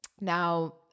Now